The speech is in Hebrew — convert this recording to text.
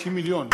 60 מיליון.